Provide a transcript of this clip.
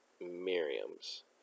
Miriam's